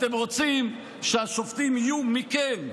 אתם רוצים שהשופטים יהיו מכם,